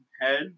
head